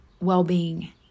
well-being